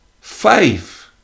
Faith